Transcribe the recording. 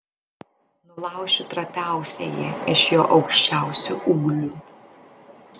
nulaušiu trapiausiąjį iš jo aukščiausių ūglių